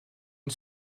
une